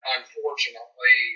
Unfortunately